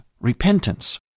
repentance